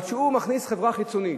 אבל כשהוא מכניס חברה חיצונית,